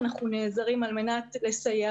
אנחנו נעזרים על מנת לסייע,